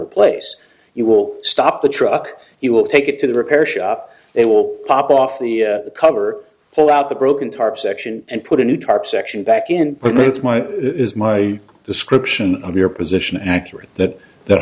replace you will stop the truck you will take it to the repair shop they will pop off the cover pull out the broken tarp section and put a new tarp section back in when it's my is my description of your position accurate that th